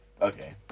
Okay